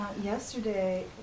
Yesterday